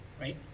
right